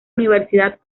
universidad